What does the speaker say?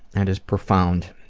and is profound.